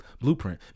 blueprint